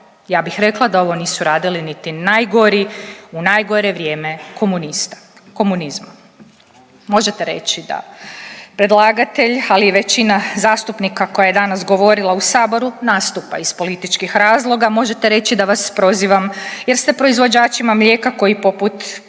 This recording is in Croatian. Ja bih rekla da ovo nisu radili niti najgori u najgore vrijeme komunista, komunizma. Možete reći da predlagatelj, ali i većina zastupnika koja je danas govorila u Saboru nastupa iz političkih razloga, možete reći da vas prozivam jer ste proizvođačima mlijeka koji poput